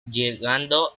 llegando